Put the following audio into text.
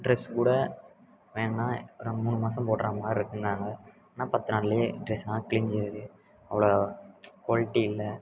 dress கூட வாங்குனா ஒரு மூணு மாதம் போடுறா மாதிரி இருக்கும்னாங்க ஆனால் பத்து நாள்லேயே ட்ரெஸ்ஸுலாம் கிழிஞ்சிருது அவ்வளோ குவாலிட்டி இல்லை